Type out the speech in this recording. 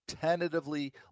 tentatively